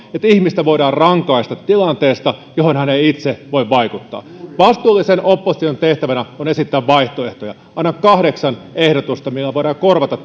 että ihmistä voidaan rankaista tilanteesta johon hän ei itse voi vaikuttaa vastuullisen opposition tehtävänä on esittää vaihtoehtoja annan kahdeksan ehdotusta millä voidaan korvata